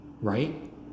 Right